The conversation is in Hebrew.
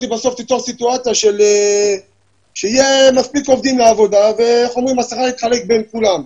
בסוף תיצור סיטואציה שיהיה מספיק עובדים לעבודה והשכר יתחלק בין כולם.